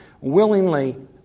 willingly